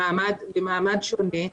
במעמד שונה,